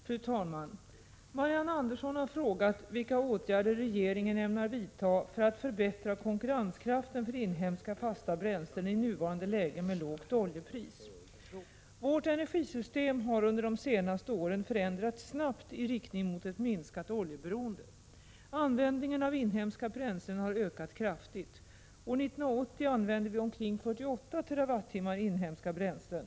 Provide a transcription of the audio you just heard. Fru talman! Marianne Andersson har frågat vilka åtgärder regeringen ämnar vidta för att förbättra konkurrenskraften för inhemska fasta bränslen i nuvarande läge med lågt oljepris. Vårt energisystem har under de senaste åren förändrats snabbt i riktning mot ett minskat oljeberoende. Användningen av inhemska bränslen har ökat kraftigt. År 1980 använde vi omkring 48 TWh inhemska bränslen.